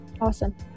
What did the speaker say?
Awesome